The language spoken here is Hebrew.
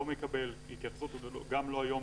לא מקבל התייחסות גם לא היום